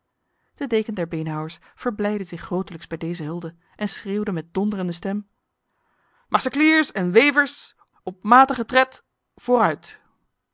de deken der beenhouwers verblijdde zich grotelijks bij deze hulde en schreeuwde met donderende stem macecliers en wevers op matige tred vooruit